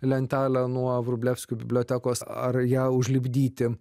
lentelę nuo vrublevskių bibliotekos ar ją užlipdyti